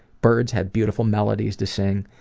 birds had beautiful melodies to sing,